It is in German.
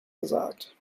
gesagt